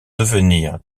devenir